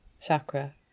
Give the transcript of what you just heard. chakra